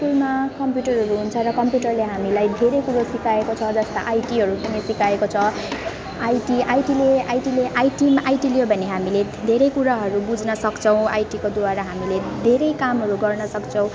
स्कुलमा कम्प्युटरहरू हुन्छ र कम्प्युटरले हामीलाई धेरै कुरो सिकाएको छ जस्ता आइटीहरू पनि सिकाएको छ आइटी आइटीले आइटीले आइटीमा आइटीले हो भने हामीले धे धेरै कुराहरू बुझ्नसक्छौँ आइटीकोद्वारा हामीले धेरै कामहरू गर्नसक्छौँ